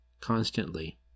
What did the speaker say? constantly